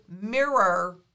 mirror